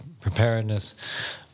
preparedness